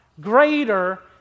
greater